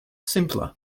simpler